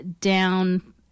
down